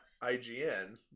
IGN